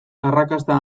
arrakasta